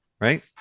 right